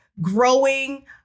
growing